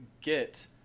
get